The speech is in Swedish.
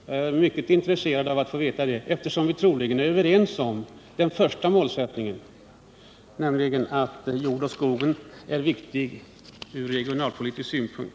Jag är mycket intresserad av att få ett svar på den frågan, eftersom vi troligen är överens om den första målsättningen, nämligen att jord och skog är viktiga från regionalpolitisk synpunkt.